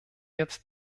jetzt